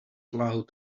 loud